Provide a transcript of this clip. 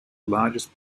largest